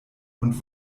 und